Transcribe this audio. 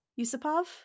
yusupov